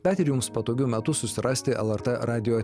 bet ir jums patogiu metu susirasti lrt radijo